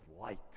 light